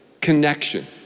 connection